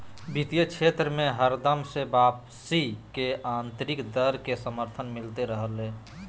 वित्तीय क्षेत्र मे हरदम से वापसी के आन्तरिक दर के समर्थन मिलते रहलय हें